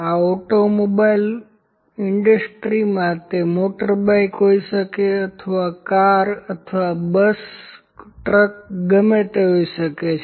આ ઓટોમોબાઈલ ઇન્ડસ્ટ્રીમાં તે મોટરબાઈક હોઈ શકે છે તે કાર અથવા ટ્રક બસ ગમે તે હોઈ શકે છે